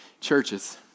churches